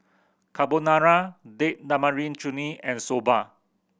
Carbonara Date Tamarind Chutney and Soba